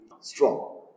strong